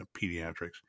pediatrics